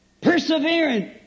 persevering